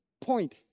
point